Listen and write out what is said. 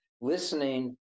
listening